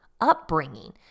upbringing